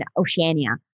Oceania